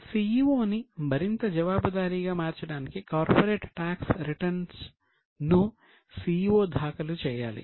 CEO ని మరింత జవాబుదారీగా మార్చడానికి కార్పొరేట్ టాక్స్ రిటర్న్ ను CEO దాఖలు చేయాలి